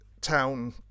Town